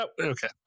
okay